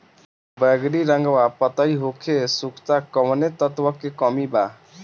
बैगरी रंगवा पतयी होके सुखता कौवने तत्व के कमी बा?